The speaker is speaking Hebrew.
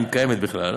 אם קיימת בכלל,